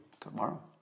tomorrow